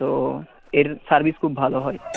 তো এর সার্ভিস খুব ভালো হয়